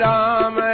Ram